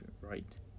right